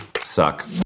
suck